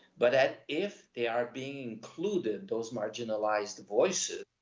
but that if they are being included, those marginalized voices,